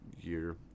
year